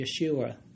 Yeshua